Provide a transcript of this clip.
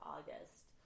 August